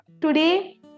today